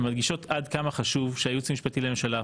מדגישות עד כמה חשוב שהייעוץ המשפטי לממשלה,